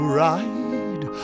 ride